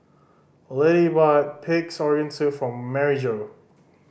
Littie bought Pig's Organ Soup for Maryjo